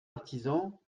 artisans